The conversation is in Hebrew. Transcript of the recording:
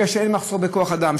בגלל שיש מחסור בכוח אדם,